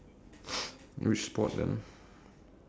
how much physical mmhmm